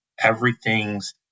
Everything's